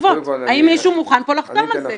האם מישהו מוכן פה לחתום על זה?